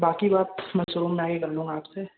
बाक़ी बात मैं शोरूम में आ कर कर लूँगा आप से